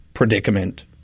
predicament